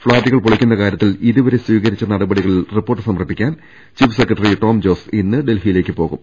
ഫ്ളാറ്റുകൾ പൊളിക്കുന്ന കാര്യത്തിൽ ഇതുവരെ സ്വീകരിച്ച നടപടികളിൽ റിപ്പോർട്ട് സമർപ്പിക്കാൻ ചീഫ് സെക്രട്ടറി ടോം ജോസ് ഇന്ന് ഡൽഹിയിലേക്ക് പോകും